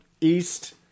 East